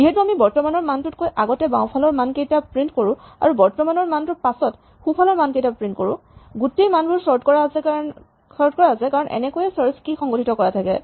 যিহেতু আমি বৰ্তমানৰ মানটোতকৈ আগতে বাওঁফালৰ মানকেইটা প্ৰিন্ট কৰো আৰু বৰ্তমানৰ মানটোৰ পিছত সোঁফালৰ মানকেইটা প্ৰিন্ট কৰোঁ গোটেই মানবোৰ চৰ্ট কৰা আছে কাৰণ এনেকৈয়ে চাৰ্চ কী সংগঠিত কৰা থাকে